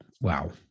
Wow